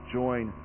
join